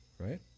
Right